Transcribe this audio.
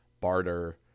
barter